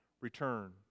return